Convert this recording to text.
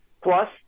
plus